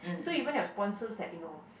so even have sponsors like you know